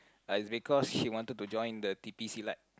it's because she wanted to join the T_P Silat